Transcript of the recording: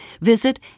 visit